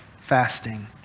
fasting